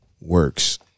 works